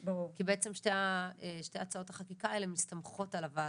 כי בעצם שתי הצעות החקיקה האלה מסתמכות על הוועדה.